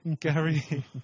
Gary